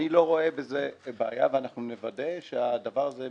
אני לא רואה בזה בעיה ואנחנו נוודא שהדבר הזה מתקיים.